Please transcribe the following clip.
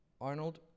Arnold